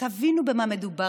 תבינו במה מדובר.